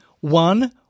one